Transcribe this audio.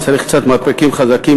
צריך קצת מרפקים חזקים,